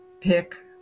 pick